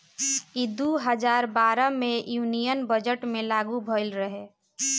ई दू हजार बारह मे यूनियन बजट मे लागू भईल रहे